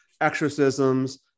exorcisms